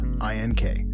I-N-K